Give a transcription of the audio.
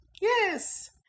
Yes